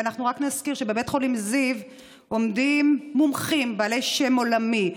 אנחנו רק נזכיר שבבית חולים זיו עובדים מומחים בעלי שם עולמי,